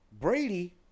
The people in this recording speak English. Brady